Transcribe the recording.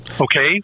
Okay